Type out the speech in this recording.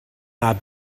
not